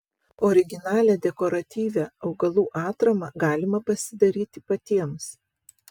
originalią dekoratyvią augalų atramą galima pasidaryti patiems